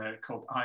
called